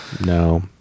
No